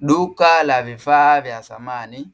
Duka la vifaa vya thamani;